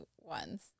ones